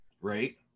Right